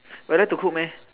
you like to cook meh